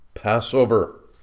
Passover